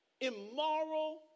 immoral